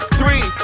three